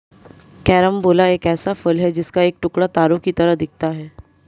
carambola एक ऐसा फल है जिसका एक टुकड़ा तारों की तरह दिखता है